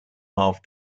half